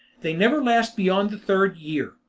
they never last beyond the third year.